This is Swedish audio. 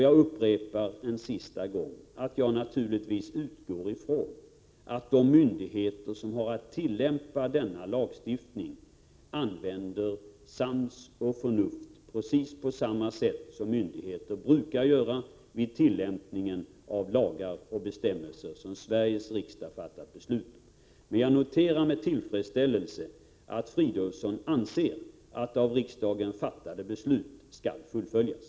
Jag utgår naturligtvis ifrån att de myndigheter som har att tillämpa denna lagstiftning använder sans och förnuft, precis som myndigheter brukar göra vid tillämpning av lagar och bestämmelser som Sveriges riksdag har fattat beslut om. Jag noterar dock med tillfredsställelse att Filip Fridolfsson anser att av riksdagen fattade beslut skall fullföljas.